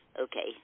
Okay